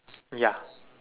ya